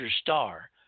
star